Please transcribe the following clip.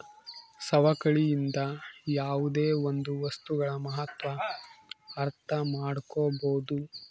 ಸವಕಳಿಯಿಂದ ಯಾವುದೇ ಒಂದು ವಸ್ತುಗಳ ಮಹತ್ವ ಅರ್ಥ ಮಾಡ್ಕೋಬೋದು